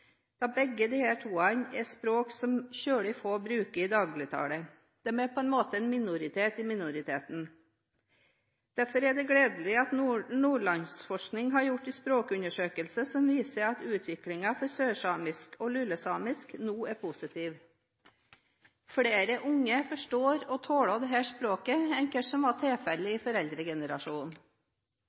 da begge disse er språk som svært få bruker i dagligtalen. De er på en måte en minoritet i minoriteten. Derfor er det gledelig at Nordlandsforskning har gjort en språkundersøkelse som viser at utviklingen for sørsamisk og lulesamisk nå er positiv. Flere unge forstår og snakker disse språkene enn hva som var tilfellet i foreldregenerasjonen.